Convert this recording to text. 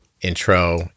intro